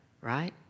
right